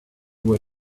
were